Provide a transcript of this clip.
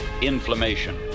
Inflammation